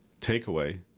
takeaway